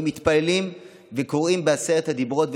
היו מתפללים וקוראים בעשרת הדיברות,